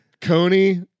Coney